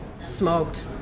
smoked